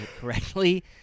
correctly